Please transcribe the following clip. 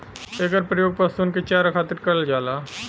एकर परियोग पशुअन के चारा खातिर करल जाला